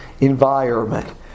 environment